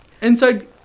inside